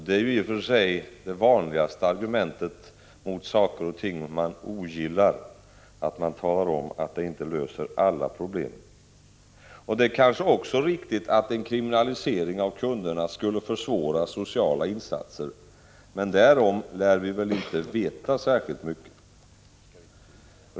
Det är i och för sig det vanligaste argumentet mot saker och ting som man ogillar, att man talar om att de inte löser alla problem. Det kanske också är riktigt att en kriminalisering av kunderna skulle försvåra sociala insatser, men därom lär vi inte veta särskilt mycket.